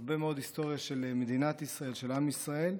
הרבה מאוד היסטוריה של מדינת ישראל, של עם ישראל.